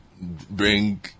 bring